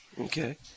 Okay